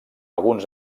alguns